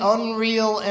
Unreal